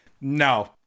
no